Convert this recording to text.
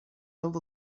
held